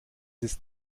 ist